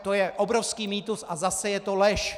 To je obrovský mýtus a zase je to lež!